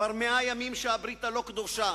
כבר 100 ימים שהברית הלא-קדושה